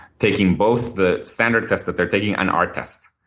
taking both the standard test that they're taking and our test.